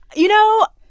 you know,